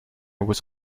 was